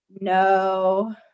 no